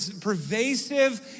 pervasive